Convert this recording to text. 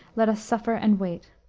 let us suffer and wait.